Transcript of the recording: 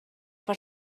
per